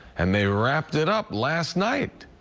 and they wrapped it up last night.